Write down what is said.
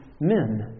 men